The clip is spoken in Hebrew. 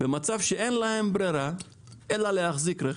במצב שאין להם ברירה אלא להחזיק רכב.